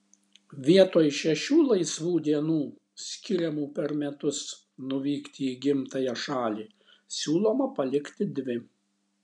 vietoj šešių laisvų dienų skiriamų per metus nuvykti į gimtąją šalį siūloma palikti dvi